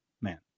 man